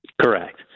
Correct